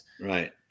Right